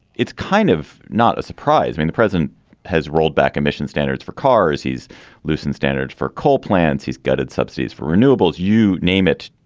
it's kind of not a surprise. i mean the president has rolled back emission standards for cars he's loosened standards for coal plants he's gutted subsidies for renewables you name it.